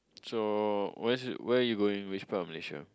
so was it where you going which part of Malaysia